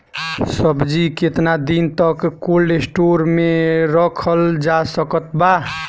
सब्जी केतना दिन तक कोल्ड स्टोर मे रखल जा सकत बा?